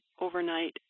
overnight